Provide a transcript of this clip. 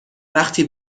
وقتی